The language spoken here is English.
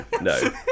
no